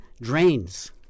drains